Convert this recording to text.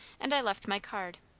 and i left my card,